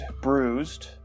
bruised